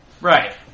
Right